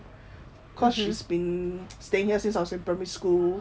cause she's been staying here since I was in primary school